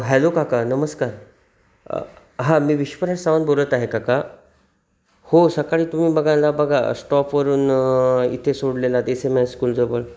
hello काका नमस्कार हां मी विश्वराज सावंत बोलत आहे काका हो सकाळी तुम्ही बघायला बघा स्टॉपवरून इथे सोडलेलात एस एम एस स्कूलजवळ